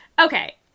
Okay